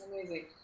amazing